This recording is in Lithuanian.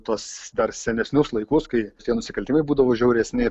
tuos dar senesnius laikus kai šitie nusikaltimai būdavo žiauresni